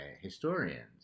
historians